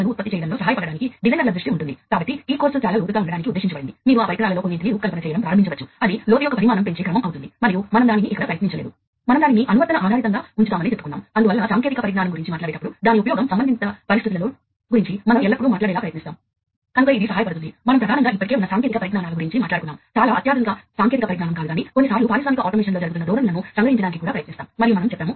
అంటే ఇది ఒక నెట్వర్క్ ఇది డిజిటల్ కంప్యూటర్ కమ్యూనికేషన్ నెట్వర్క్ అయితే ఈ నెట్వర్క్లో మాట్లాడే వివిధ పరికరాలు ఆటోమేషన్ కోసం ఉపయోగించే పరికరాలు ఉదాహరణకు ఇది సెన్సర్ కావచ్చు లేదా నియంత్రిక కావచ్చు లేదా ఇది ఆపరేటర్ స్టేషన్ కావచ్చు